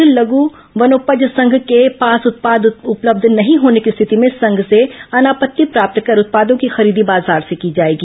राज्य लघ वनोपज संघ के पास उत्पाद उपलब्य नहीं होने की स्थिति में संघ से अनापत्ति प्राप्त कर उत्पादों की खरीदी बाजार से की जाएगी